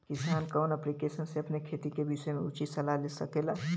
किसान कवन ऐप्लिकेशन से अपने खेती के विषय मे उचित सलाह ले सकेला?